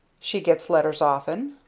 she gets letters often?